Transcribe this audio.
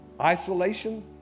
Isolation